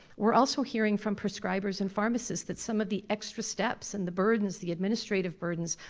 we're also hearing from prescribers and pharmacists that some of the extra steps and the burdens, the administrative burdens,